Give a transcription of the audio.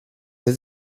does